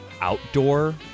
outdoor